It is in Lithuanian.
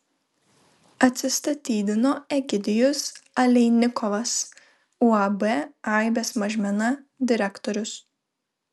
atsistatydino egidijus aleinikovas uab aibės mažmena direktorius